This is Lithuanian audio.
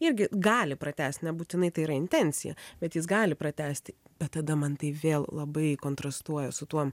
irgi gali pratęst nebūtinai tai yra intencija bet jis gali pratęsti bet tada man tai vėl labai kontrastuoja su tuo